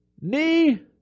knee